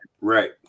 Right